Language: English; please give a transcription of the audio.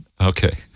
Okay